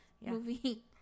movie